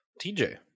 TJ